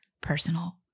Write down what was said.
personal